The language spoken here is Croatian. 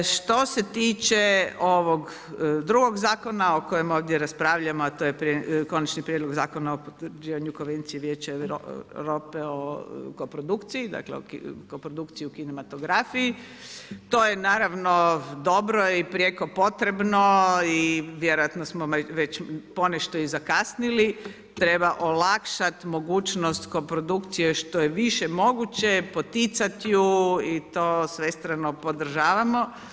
Što se tiče ovog drugog zakona o kojem ovdje raspravljamo a to je Konačni prijedlog Zakona o potvrđivanju Konvencije Vijeća Europe o koprodukciji, dakle o koprodukciji u kinematografiji to je naravno dobro i prijeko potrebno i vjerojatno smo već ponešto i zakasnili, treba olakšati mogućnost koprodukcije što je više moguće, poticati ju i to svestrano podržavamo.